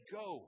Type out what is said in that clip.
go